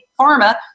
pharma